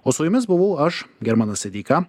o su jumis buvau aš germanas sadeika